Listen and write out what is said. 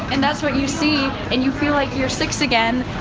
and that's what you see and you feel like you're six again,